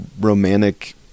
romantic